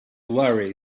worry